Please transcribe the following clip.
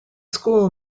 school